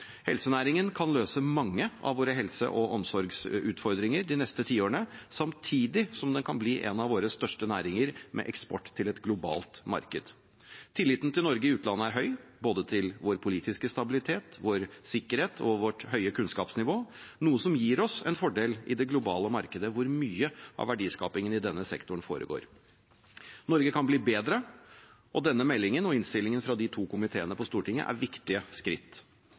Helsenæringen kan løse mange av våre helse- og omsorgsutfordringer de neste tiårene, samtidig som den kan bli en av våre største næringer med eksport til et globalt marked. Tilliten til Norge i utlandet er høy – både til vår politiske stabilitet, vår sikkerhet og vårt høye kunnskapsnivå, noe som gir oss en fordel i det globale markedet, der mye av verdiskapingen i denne sektoren foregår. Norge kan bli bedre, og denne meldingen og innstillingen fra de to komiteene på Stortinget er viktige skritt.